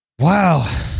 Wow